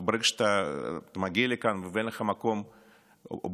ברגע שאתה מגיע לכאן ואין לך מקום באולפן,